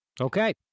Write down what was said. Okay